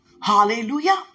Hallelujah